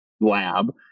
lab